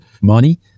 money